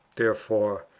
therefore,